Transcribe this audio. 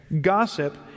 gossip